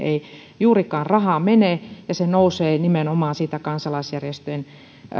juurikaan rahaa mene ja se syy miksi sitä työtä tehdään nousee nimenomaan siitä kansalaisjärjestöjen